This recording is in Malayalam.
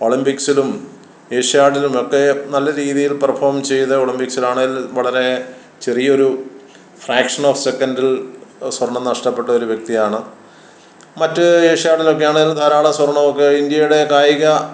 ഒളിമ്പിക്ക്സിലും ഏഷ്യാഡിലുമൊക്കെ നല്ല രീതിയിൽ പെർഫോം ചെയ്ത് ഒളിമ്പിക്സിലാണെങ്കിൽ വളരെ ചെറിയൊരു ഫ്രാക്ഷൻ ഓഫ് സെക്കൻഡിൽ സ്വർണ്ണം നഷ്ടപ്പെട്ടൊരു വ്യക്തിയാണ് മറ്റ് ഏഷ്യാഡിലൊക്കെയാണെങ്കിൽ ധാരാളം സ്വർണ്ണമൊക്കെ ഇന്ത്യയുടെ കായിക